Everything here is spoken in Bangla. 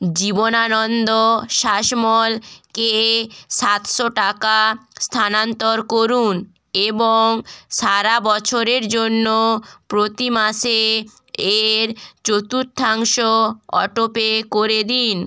জীবনানন্দ শাসমলকে সাতশো টাকা স্থানান্তর করুন এবং সারা বছরের জন্য প্রতি মাসে এর চতুর্থাংশ অটোপে করে দিন